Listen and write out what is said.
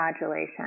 modulation